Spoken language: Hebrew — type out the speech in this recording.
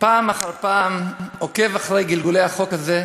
פעם אחר פעם עוקב אחרי גלגולי החוק הזה,